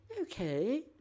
okay